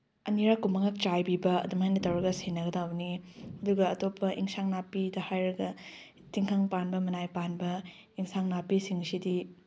ꯑꯅꯤꯔꯛꯀꯨꯝꯕꯃꯛ ꯆꯥꯏꯕꯤꯕ ꯑꯗꯨꯃꯥꯏꯅ ꯇꯧꯔꯒ ꯁꯦꯟꯅꯕꯗꯒꯧꯕꯅꯤ ꯑꯗꯨꯒ ꯑꯇꯣꯞꯄ ꯑꯦꯟꯁꯥꯡ ꯅꯥꯄꯤꯗ ꯍꯥꯏꯔꯒ ꯇꯤꯡꯈꯪ ꯄꯥꯟꯕ ꯃꯅꯥꯏ ꯄꯥꯟꯕ ꯑꯦꯟꯁꯥꯡ ꯅꯥꯄꯤꯁꯤꯡꯁꯤꯗꯤ